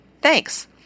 Thanks